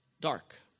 dark